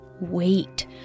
wait